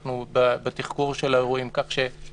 אנחנו עוד בתחקור של האירועים, כך שבאופן